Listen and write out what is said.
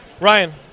Ryan